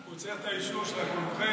הוא צריך את האישור של הקונגרס.